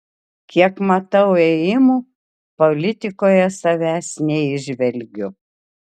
kiek matau ėjimų politikoje savęs neįžvelgiu